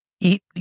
eat